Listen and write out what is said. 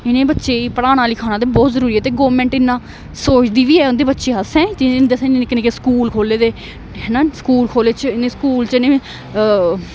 इनेंगी बच्चे गी पढ़ाना लिखाना ते बहुत जरूरी ऐ ते गौरमेंट इन्ना सोचदी बी ऐ उंदे बच्चे आस्तै निक्के निक्के स्कूल खोह्ले दे है स्कूल खोह्ल च इनें स्कूल च इनेंगी